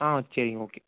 ஆ சரி ஓகே